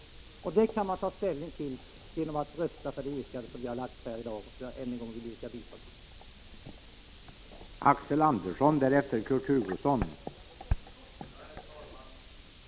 Denna begäran kan man ta ställning för genom att rösta ja till det yrkande som vi har framställt här i dag och som jag än en gång vill yrka bifall till.